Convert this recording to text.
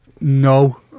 No